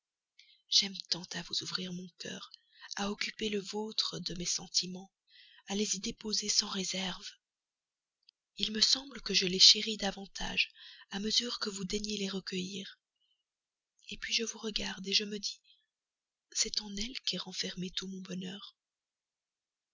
j'aime tant à vous ouvrir mon cœur à occuper le vôtre de mes sentiments à les y déposer sans réserve il me semble que je les chéris davantage à mesure que vous daignez les recueillir puis je vous regarde je me dis c'est en elle qu'est renfermé tout mon bonheur